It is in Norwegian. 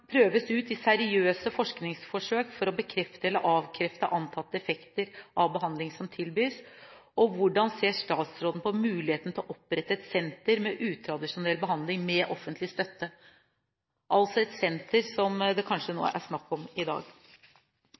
prøves ut i seriøse forskningsforsøk for å bekrefte eller avkrefte antatte effekter av behandlinger som tilbys, og hvordan ser statsråden på muligheten for å opprette et senter med utradisjonell behandling – altså et senter som det nå kanskje er snakk om i dag.